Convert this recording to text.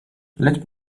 let